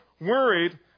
worried